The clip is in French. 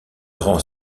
rend